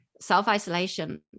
self-isolation